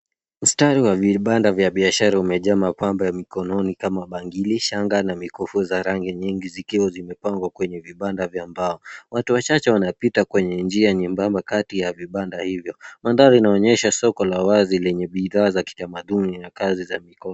Mstari wa vibanda vya biashara umejaa mapambo ya mkononi kama bangili, shanga na mikufu za rangi nyingi zikiwa zimepangwa kwenye vibanda vya mbao. Watu wachache wanapita kwenye njia nyembamba kati ya vibanda hivyo. Mandhari inaonyesha soko la wazi lenye bidhaa za kitamaduni na kazi za mikono.